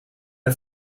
een